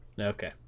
Okay